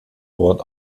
bord